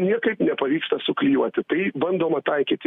niekaip nepavyksta suklijuoti tai bandoma taikyti